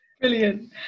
Brilliant